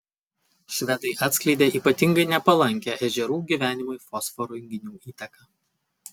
švedai atskleidė ypatingai nepalankią ežerų gyvenimui fosforo junginių įtaką